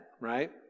right